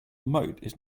mode